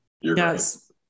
Yes